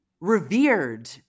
revered